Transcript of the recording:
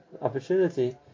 opportunity